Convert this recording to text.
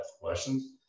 questions